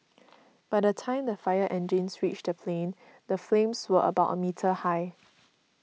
by the time the fire engines reached the plane the flames were about a metre high